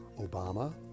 Obama